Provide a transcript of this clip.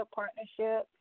partnership